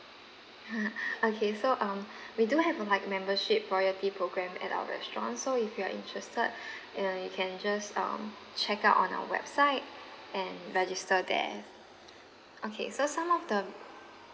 okay so um we do have provide membership royalty program at our restaurant so if you're interested you know you can just um check out on our website and register there okay so some of the